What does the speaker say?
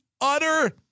utter